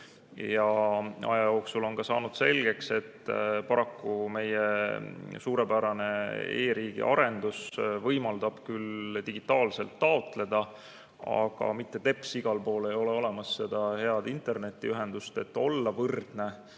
Aja jooksul on saanud selgeks, et paraku meie suurepärane e-riigi arendus võimaldab küll digitaalselt taotleda, aga teps mitte igal pool ei ole olemas seda head internetiühendust, et olla võrdne